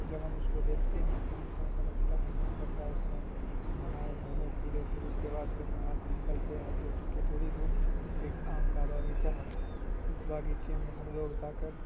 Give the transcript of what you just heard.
جب ہم اس کو دیکھتے ہیں تو ہم کو ایسا لگتا ہے من کرتا ہے اس میں نہائے گھومیں پھریں پھر اس کے بعد جب وہاں سے نکلتے ہیں تو اس کے تھوڑی دور ایک آم کا باغیچہ ہے اس باغیچے میں ہم لوگ جا کر